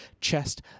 chest